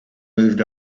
moved